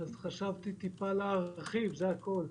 אז חשבתי טיפה להרחיב, זה הכול.